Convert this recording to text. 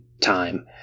time